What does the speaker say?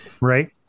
Right